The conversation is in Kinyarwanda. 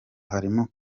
harimo